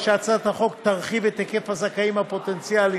הרי שהצעת החוק תרחיב את היקף הזכאים הפוטנציאליים.